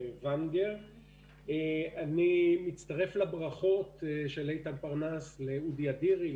אני מצטרף לברכות של איתן פרנס לאודי אדירי,